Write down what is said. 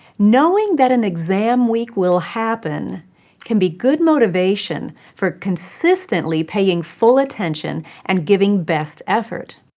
knowing that an exam week will happen can be good motivation for consistently paying full attention and giving best effort.